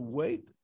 wait